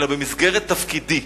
אלא במסגרת תפקידי,